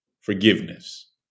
Forgiveness